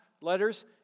letters